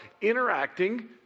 interacting